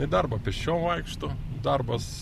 į darbą pėsčiom vaikšto darbas